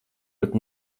pat